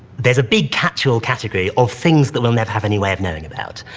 there's a big catch. all category of things that we'll never have any way of knowing about,